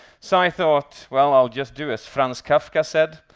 so i thought, well, i'll just do as franz kafka said,